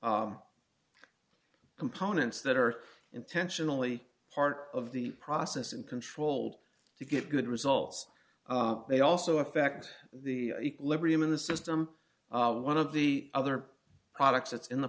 components that are intentionally part of the process and controlled to get good results they also affect the equilibrium in the system one of the other products that's in the